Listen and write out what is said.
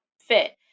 fit